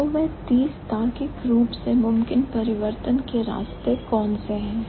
तो वह 30 तार्किक रूप से मुमकिन परिवर्तन के रास्ते कौन से हैं